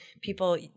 people